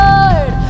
Lord